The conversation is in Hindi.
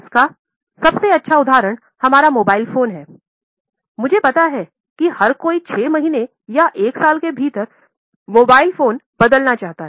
इसका सबसे अच्छा उदाहरण हमारे मोबाइल फोन हैं मुझे पता है कि हर कोई 6 महीने या 1 साल के भीतर मोबाइल फोन बदलना चाहता है